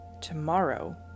Tomorrow